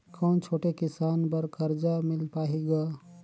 कौन छोटे किसान बर कर्जा मिल पाही ग?